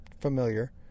familiar